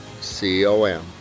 C-O-M